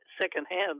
secondhand